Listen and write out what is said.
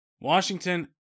Washington